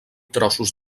trossos